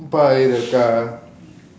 buy the car